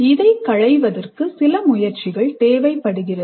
இதை களைவதற்கு சில முயற்சிகள் தேவைப்படுகிறது